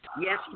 Yes